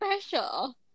special